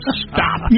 stop